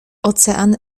ocean